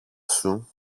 σου